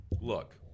look